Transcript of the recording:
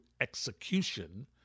execution